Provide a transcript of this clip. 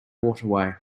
waterway